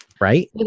right